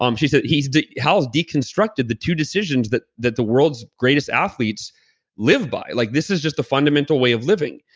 um she said how's deconstructed the two decisions that that the world's greatest athletes live by. like this is just a fundamental way of living.